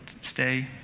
stay